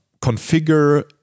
configure